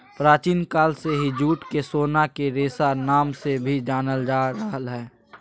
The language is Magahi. प्राचीन काल से ही जूट के सोना के रेशा नाम से भी जानल जा रहल हय